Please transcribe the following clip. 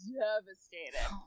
devastated